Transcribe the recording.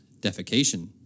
defecation